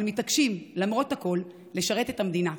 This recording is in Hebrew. אבל מתעקשים למרות הכול לשרת את המדינה,